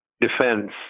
defense